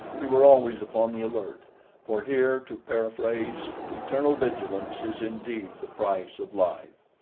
we were always upon the alert for here, to paraphrase, eternal vigilance is indeed the price of life.